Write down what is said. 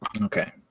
Okay